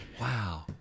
Wow